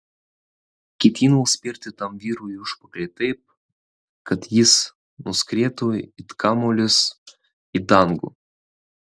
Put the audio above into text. ketinau spirti tam vyrui į užpakalį taip kad jis nuskrietų it kamuolys į dangų